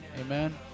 Amen